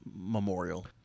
memorial